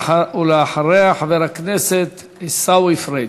אחריה, חבר הכנסת עיסאווי פריג'.